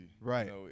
right